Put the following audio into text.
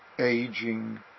aging